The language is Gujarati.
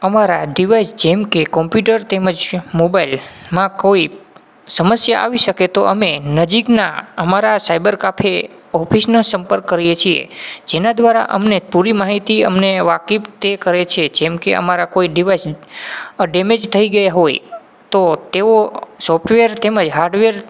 અમારા ડીવાઇસ જેમ કે કોમ્પુટર તેમજ મોબાઇલમાં કોઈ સમસ્યા આવી શકે તો અમે નજીકનાં અમારાં સાઇબર કાફે ઑફિસનો સંપર્ક કરીએ છીએ જેના દ્વારા અમને પૂરી માહિતી અમને વાકેફ તે કરે છે જેમ કે અમારાં કોઇ ડીવાઇસ ડૅમેજ થઈ ગયા હોય તો તેઓ સોફ્ટવેર તેમજ હાર્ડવેર